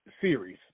series